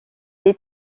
est